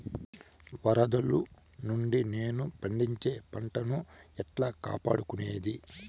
వరదలు నుండి నేను పండించే పంట ను ఎట్లా కాపాడుకునేది?